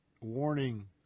warning